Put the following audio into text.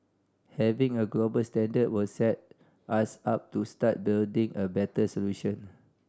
having a global standard will set us up to start building a better solution